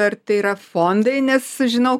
ar tai yra fondai nes žinau